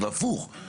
והפוך,